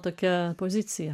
tokia pozicija